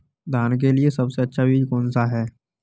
धान के लिए सबसे अच्छा बीज कौन सा है?